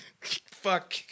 Fuck